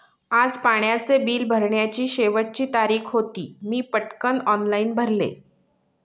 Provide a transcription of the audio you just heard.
आज पाण्याचे बिल भरण्याची शेवटची तारीख होती, मी पटकन ऑनलाइन भरले